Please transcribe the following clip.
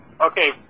Okay